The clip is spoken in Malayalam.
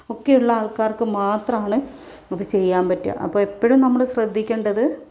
ഒക്കെയുള്ള ആൾക്കാർക്ക് മാത്രാണ് അത് ചെയ്യാൻ പറ്റുക അപ്പോൾ എപ്പോഴും നമ്മള് ശ്രദ്ധിക്കേണ്ടത്